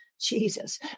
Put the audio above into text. Jesus